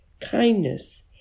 kindness